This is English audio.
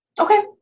Okay